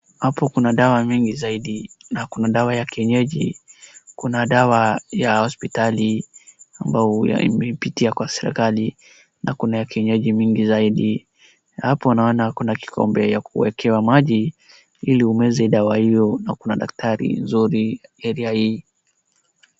Hapo kuna dawa mingi zaidi, na kuna dawa ya kienyeji, kuna dawa ya hospitali ambayo imepitia kwa serikali, na kuna ya kienyeji mingi zaidi. Hapo naona kuna kikombe ya kuwekewa maji ili umeze dawa hio na kuna daktari nzuri area hii.